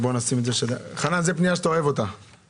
זה רק לתחבורה ציבורית מבחינת אוטובוסים או גם ברכבת הקלה?